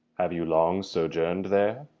have you long sojourn'd there?